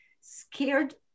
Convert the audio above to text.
scared